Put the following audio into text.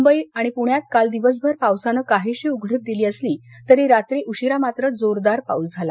मुंबई आणि पृण्यात काल दिवसभर पावसानं काहीशी उघडीप दिली असली तरी रात्री उशीरा मात्र जोरदार पाऊस झाला